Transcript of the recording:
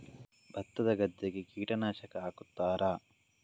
ಭತ್ತದ ಗದ್ದೆಗೆ ಕೀಟನಾಶಕ ಹಾಕುತ್ತಾರಾ?